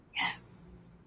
Yes